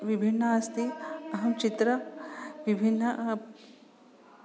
विभिन्ना अस्ति अहं चित्रं विभिन्नं ह